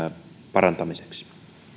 parantamiseksi